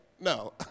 No